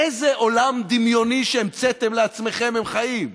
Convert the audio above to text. באיזה עולם דמיוני שהמצאתם לעצמכם הם חיים?